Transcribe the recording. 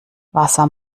wasser